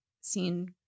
seen